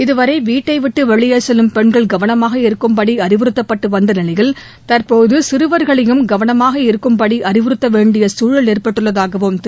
இதுவரை வீட்டை விட்டு வெளியே செல்லும் பெண்கள் கவனமாக இருக்கும்படி அறிவுறுத்தப்பட்டு வந்த நிலையில் தற்போது சிறுவர்களையும் கவனமாக இருக்கும்படி அறிவுறுத்தவேண்டிய சூழல் ஏற்பட்டுள்ளதாகவும் திரு